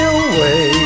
away